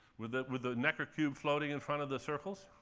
with ah with the necker cube floating in front of the circles?